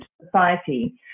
society